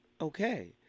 Okay